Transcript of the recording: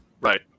Right